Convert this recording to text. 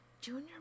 Junior